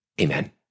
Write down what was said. Amen